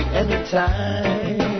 anytime